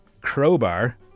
crowbar